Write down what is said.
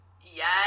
Yes